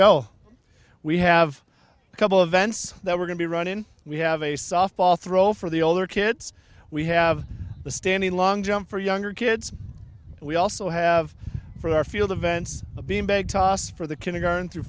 go we have a couple of events that we're going to run in we have a softball throw for the older kids we have the standing long jump for younger kids we also have for our field events a beanbag toss for the kindergarten through